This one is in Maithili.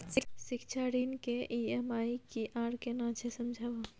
शिक्षा ऋण के ई.एम.आई की आर केना छै समझाबू?